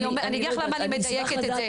אני אגיד לך למה אני מדייקת את זה.